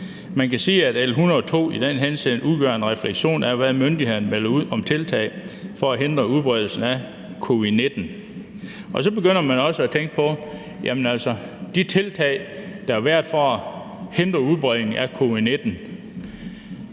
man kan sige, at L 102 i den henseende udgør en refleksion af, hvad myndighederne melder ud om tiltag for at hindre udbredelsen af covid-19. Så begynder man også at tænke på, at de tiltag, der er blevet gjort for at hindre udbredelsen af covid-19,